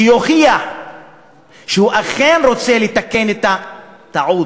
שיוכיח שהוא אכן רוצה לתקן את הטעות.